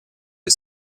est